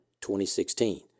2016